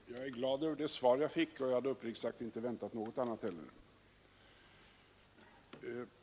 Herr talman! Jag är glad över det svar jag fick, och jag hade uppriktigt sagt inte väntat något annat heller.